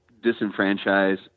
disenfranchise